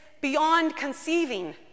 beyond-conceiving